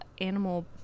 animal